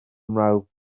mrawd